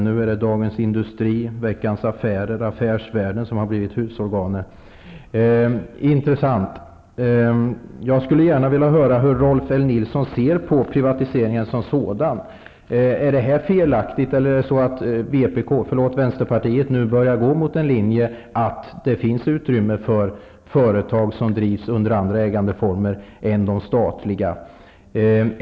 Nu är det Dagens Industri, Veckans Affärer, Affärsvärlden som har blivit husorgan. Det är intressant. Jag skulle gärna vilja höra hur Rolf L Nilson ser på privatiseringen som sådan. Är det felaktigt, eller är det så att vänsterpartiet nu börjar närma sig en linje som innebär att det kan finnas utrymme för företag som drivs i andra ägandeformer än de statliga?